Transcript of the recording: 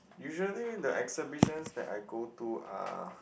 usually the exhibitions I go to are